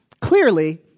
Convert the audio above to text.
Clearly